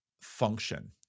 function